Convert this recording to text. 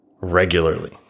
regularly